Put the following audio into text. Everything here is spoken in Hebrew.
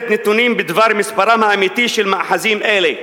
נתונים בדבר מספרם האמיתי של מאחזים אלה.